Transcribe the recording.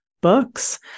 books